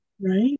Right